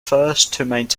constant